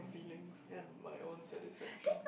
feelings and my own satisfaction